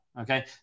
Okay